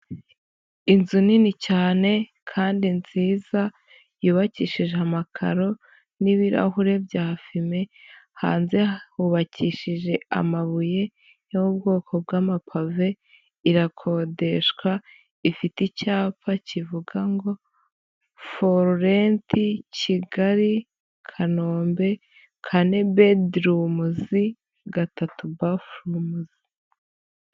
Inzu nini cyane yubakishije amakari n'ibirahure bya fime, hanze hubakishijwe amabuye n'ubwoko bwamapave irakoreshwa ifite icyapa kivuga ngo; foru renti Kigali Kanombe kane bedi rumizi, gatatu bafu rumu.